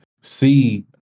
see